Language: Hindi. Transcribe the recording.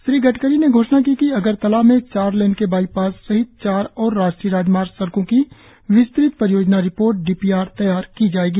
श्री गडकरी ने घोषणा की कि अगरतला में चार लेन के बाईपास सहित चार और राष्ट्रीय राजमार्ग सड़कों की विस्तृत परियोजना रिपोर्ट डी पी आर तैयार की जायेगी